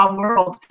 world